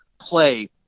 play